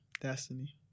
Destiny